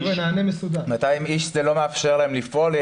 שענף התרבות הוא אחד הענפים שנפגעו הכי